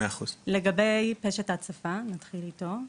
בסדר גמור, 100%. לגבי פשוט ההצפה, נתחיל איתו.